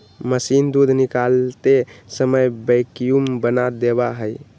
machine दूध निकालते समय वैक्यूम बना देवा हई